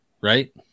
right